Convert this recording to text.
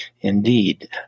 Indeed